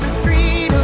three